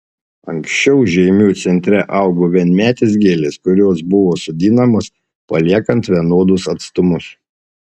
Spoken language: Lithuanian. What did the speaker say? anksčiau žeimių centre augo vienmetės gėlės kurios buvo sodinamos paliekant vienodus atstumus